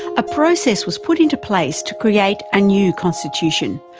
a process was put into place to create a new constitution,